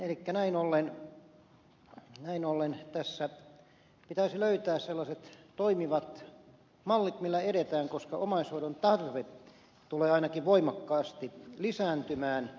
elikkä näin ollen tässä pitäisi löytää sellaiset toimivat mallit millä edetään koska omaishoidon tarve tulee ainakin voimakkaasti lisääntymään